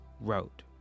wrote